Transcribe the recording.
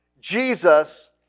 Jesus